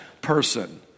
person